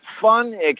fun